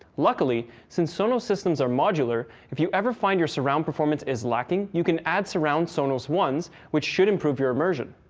luckily, since sonos systems are modular, if you ever find your surround performance is lacking you can add surround sonos one's, which should improve the immersion.